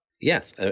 Yes